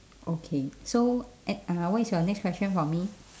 okay so e~ ah what is your next question for me